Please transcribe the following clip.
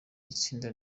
itsinda